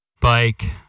bike